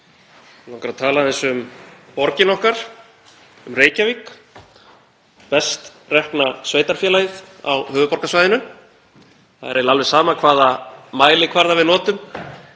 að tala aðeins um borgina okkar, um Reykjavík, best rekna sveitarfélagið á höfuðborgarsvæðinu. Það er eiginlega alveg sama hvaða mælikvarða við notum,